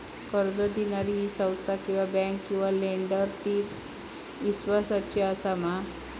कर्ज दिणारी ही संस्था किवा बँक किवा लेंडर ती इस्वासाची आसा मा?